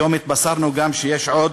היום התבשרנו גם שיש עוד: